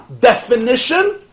Definition